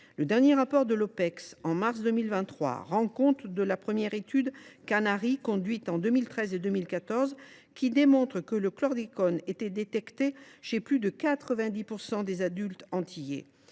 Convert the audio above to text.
Le dernier rapport de l’Opecst, en mars 2023, rend compte de la première étude Kannari, conduite en 2013 et 2014, qui démontre que le chlordécone était détecté chez plus de 90 % des adultes antillais.